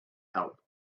help